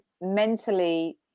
mentally